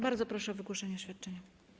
Bardzo proszę o wygłoszenie oświadczenia.